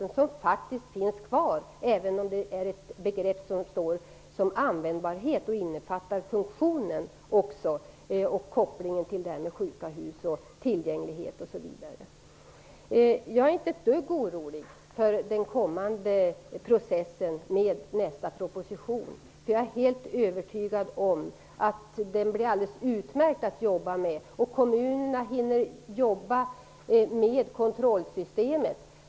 Men den finns faktiskt finns kvar, även om begreppet användbarhet också innefattar funktionen och har en koppling till sådant som sjuka hus och tillgänglighet. Jag är inte ett dugg orolig för den kommande processen i samband med nästa proposition. Jag är nämligen helt övertygad om att den kommer att bli alldeles utmärkt att arbeta med, och kommunerna kommer också att hinna jobba med kontrollsystemet.